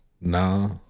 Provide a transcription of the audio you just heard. No